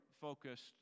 focused